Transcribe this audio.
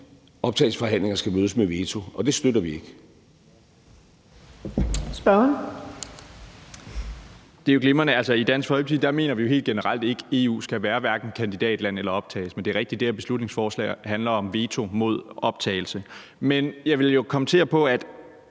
fg. formand (Birgitte Vind): Spørgeren. Kl. 15:34 Mikkel Bjørn (DF): Det er jo glimrende. Altså, i Dansk Folkeparti mener vi jo helt generelt ikke, at Tyrkiet skal være hverken kandidatland eller optages i EU. Men det er rigtigt, at det her beslutningsforslag handler om veto mod optagelse. Men jeg vil jo kommentere, at